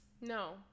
No